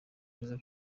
neza